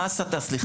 מה ההסתה, סליחה?